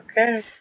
Okay